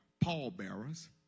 pallbearers